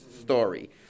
story